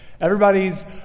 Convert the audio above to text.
Everybody's